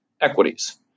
equities